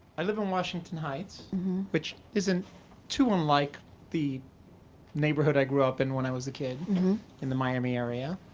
i live in washington heights which isn't too unlike the neighborhood i grew up in when i was a kid in the miami area.